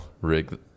rig